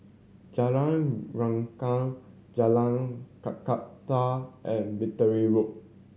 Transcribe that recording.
Jalan Rengkam Jalan Kakatua and Battery Road